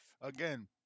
Again